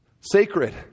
sacred